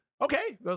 Okay